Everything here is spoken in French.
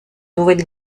nouvelle